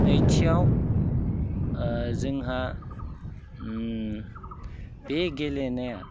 नैथिआव जोंहा बे गेलेनाया